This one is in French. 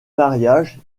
mariage